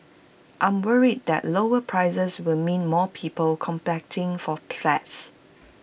I'm worried that lower prices will mean more people competing for